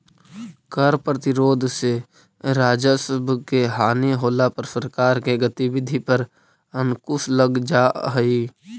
कर प्रतिरोध से राजस्व के हानि होला पर सरकार के गतिविधि पर अंकुश लग जा हई